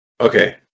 Okay